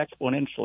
exponentially